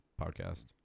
podcast